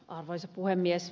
arvoisa puhemies